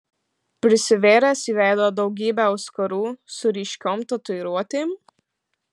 prisivėręs į veidą daugybę auskarų su ryškiom tatuiruotėm